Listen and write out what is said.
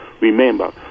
Remember